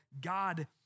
God